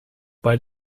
bei